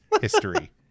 history